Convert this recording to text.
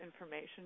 information